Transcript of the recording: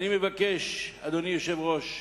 אני מבקש, אדוני היושב-ראש,